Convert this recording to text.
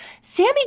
Sammy